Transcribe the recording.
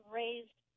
raised